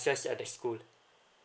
just at the school